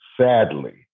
sadly